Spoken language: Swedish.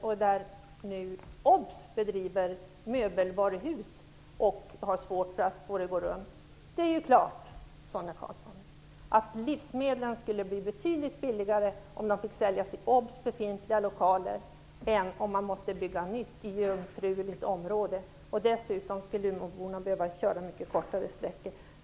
Där bedriver nu varuhuset Obs möbelförsäljning med svårigheter när det gäller lönsamheten. Det är ju klart, Sonia Karlsson, att livsmedlen skulle bli betydligt billigare om man tillät att dessa såldes i Obs befintliga lokaler än om en livsmedelshandlare skulle tvingas att bygga nytt i jungfruligt område. Dessutom skulle Umeåborna få köra mycket kortare sträckor.